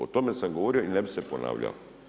O tome sam govorio i ne bi se ponavljao.